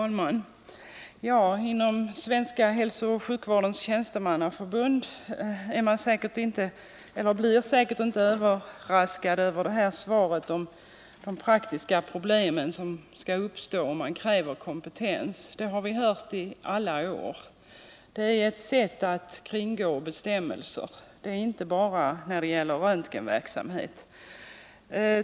Fru talman! Inom Svenska hälsooch sjukvårdens tjänstemannaförbund blir man säkert inte överraskad av det här svaret angående de praktiska problem som kommer att uppstå om man kräver kompetens — det har man hört i alla år. Det är ett sätt att kringgå bestämmelser, inte bara när det gäller röntgenverksamhet.